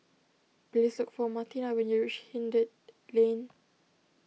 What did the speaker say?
please look for Martina when you reach Hindhede Lane